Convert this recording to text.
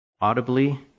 audibly